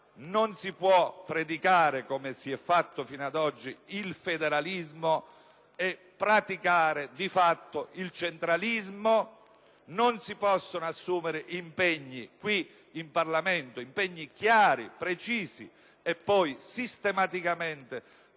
Non si può predicare, come si è fatto fino ad oggi, il federalismo e praticare di fatto il centralismo; non si possono assumere qui in Parlamento impegni chiari e precisi e poi sistematicamente